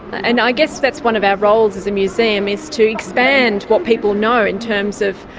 and i guess that's one of our roles as a museum, is to expand what people know in terms of,